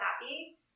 happy